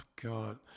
God